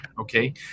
Okay